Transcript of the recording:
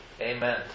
Amen